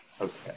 Okay